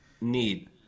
need